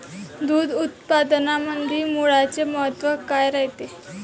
दूध उत्पादनामंदी गुळाचे महत्व काय रायते?